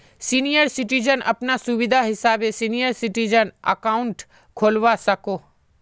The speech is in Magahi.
सीनियर सिटीजन अपना सुविधा हिसाबे सीनियर सिटीजन अकाउंट खोलवा सकोह